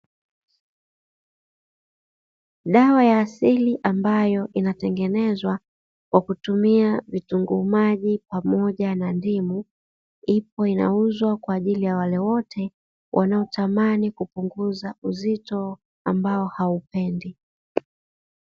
Dawa ya asili ambayo inatengenezwa kwa kutumia vitunguu maji pamoja na ndimu, ipo inauzwa kwa ajili ya wale wote wanaotamani kupunguza uzito ambao haupendi.